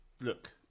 look